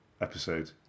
episode